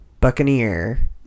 buccaneer